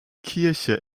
kirche